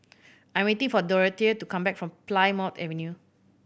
I am waiting for Dorothea to come back from Plymouth Avenue